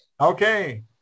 okay